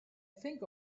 think